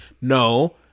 no